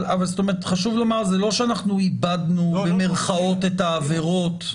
חשוב לומר, זה לא שאנחנו איבדנו את העבירות.